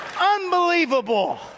Unbelievable